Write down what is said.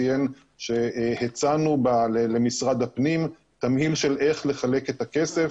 ציין שהצענו למשרד הפנים תמהיל של איך לחלק את הכסף